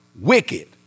Wicked